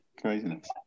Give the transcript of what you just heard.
craziness